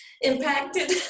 impacted